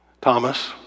Thomas